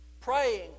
praying